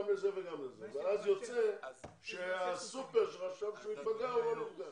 לזה וגם לזה ואז יוצא שהסופר שחשב שייפגע הוא לא יפגע.